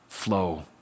Flow